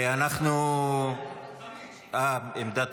עמדת